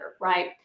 right